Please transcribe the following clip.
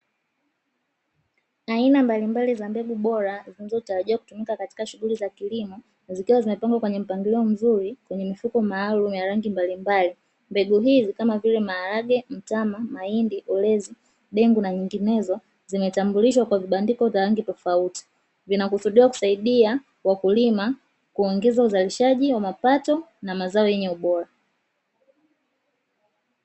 Aina mbalimbali za mbegu bora zilizotarajiwa kutumika katika shughuli za kilimo, zikiwa zimepangwa kwenye mpangilio mzuri kwenye mifuko maalumu ya rangi mbalimbali. Mbegu hizi kama vile: maharage, mtama, mahindi, ulezi, dengu na nyinginezo; zimetambulishwa kwa vibandiko za rangi tofauti. Vinakusudiwa kusaidia wakulima kuongeza uzalishaji wa mapato na mazao yenye ubora.